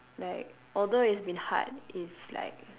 like although it's been hard it's like